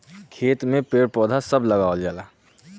खेत में पेड़ पौधा सभ लगावल जाला